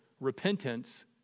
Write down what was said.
repentance